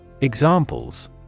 Examples